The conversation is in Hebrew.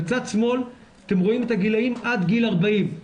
בצד שמאל אתם רואים את הגילאים עד גיל 40,